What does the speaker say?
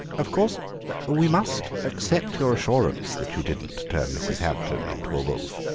of course we must accept your assurance that you didn't turn mrs. hampton into a wolf,